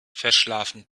verschlafen